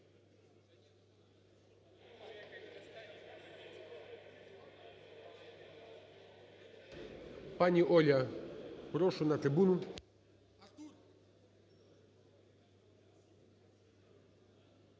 Пані Оля, прошу на трибуну.